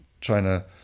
China